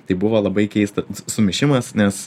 tai buvo labai keista sumišimas nes